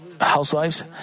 Housewives